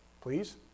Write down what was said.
Please